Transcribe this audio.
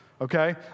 Okay